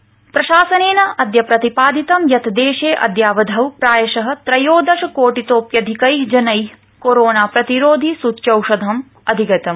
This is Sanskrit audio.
कोविड अद्यतनम् प्रशासनेन अदय प्रतिपादितं यत् देशे अदयावधौ प्रायश त्रयोदश कोटितोप्यधिकै जनै कोरोना प्रतिरोधि सूच्यौषधम् अधिगतम्